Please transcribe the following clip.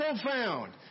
profound